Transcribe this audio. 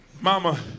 Mama